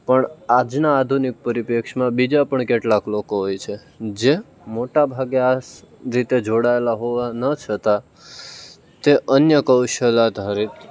પણ આજના આધુનિક પરિપ્રેક્ષમાં બીજા પણ કેટલાક લોકો હોય છે જે મોટા ભાગે આ જે તે જોડાયેલા હોવા ન છતાં તે અન્ય કૌશલ્ય આધારિત